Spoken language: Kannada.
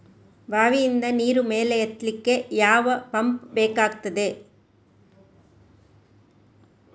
ಬಾವಿಯಿಂದ ನೀರು ಮೇಲೆ ಎತ್ತಲಿಕ್ಕೆ ಯಾವ ಪಂಪ್ ಬೇಕಗ್ತಾದೆ?